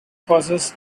passes